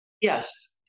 Yes